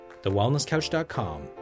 TheWellnessCouch.com